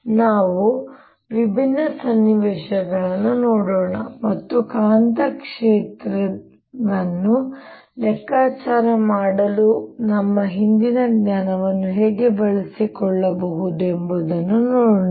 ಈಗ ನಾವು ವಿಭಿನ್ನ ಸನ್ನಿವೇಶಗಳನ್ನು ನೋಡೋಣ ಮತ್ತು ಕಾಂತಕ್ಷೇತ್ರವನ್ನು ಲೆಕ್ಕಾಚಾರ ಮಾಡಲು ನಮ್ಮ ಹಿಂದಿನ ಜ್ಞಾನವನ್ನು ಹೇಗೆ ಬಳಸಿಕೊಳ್ಳಬಹುದು ಎಂಬುದನ್ನು ನೋಡೋಣ